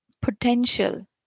potential